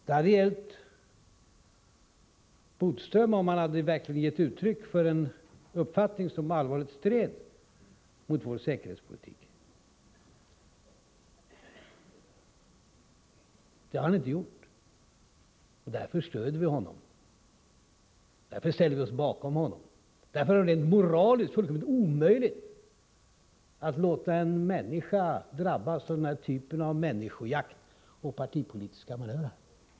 Det hade gällt Bodström om han verkligen givit uttryck för en uppfattning som allvarligt stred mot vår säkerhetspolitik. Det har han inte gjort. Därför stöder vi honom. Därför ställer vi oss bakom honom — det är rent moraliskt fullkomligt omöjligt att låta en människa drabbas av den här typen av människojakt och partipolitiska manövrer.